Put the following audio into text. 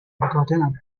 gotten